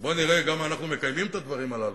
בוא נראה אם אנחנו מקיימים את הדברים הללו.